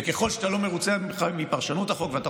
וככל שאתה לא מרוצה מפרשנות החוק ואתה